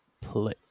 play